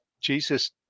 Jesus